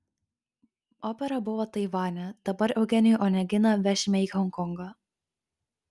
opera buvo taivane dabar eugenijų oneginą vešime į honkongą